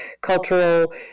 cultural